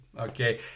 Okay